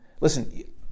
Listen